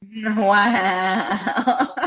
Wow